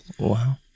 Wow